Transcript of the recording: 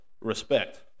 respect